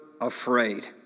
afraid